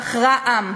בחרה עם.